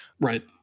Right